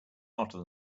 hotter